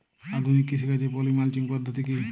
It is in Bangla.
আধুনিক কৃষিকাজে পলি মালচিং পদ্ধতি কি?